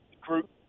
group